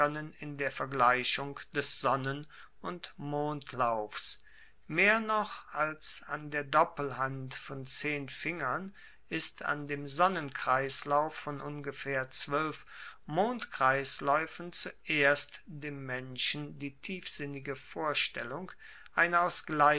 in der vergleichung des sonnen und mondlaufs mehr noch als an der doppelhand von zehn fingern ist an dem sonnenkreislauf von ungefaehr zwoelf mondkreislaeufen zuerst dem menschen die tiefsinnige vorstellung einer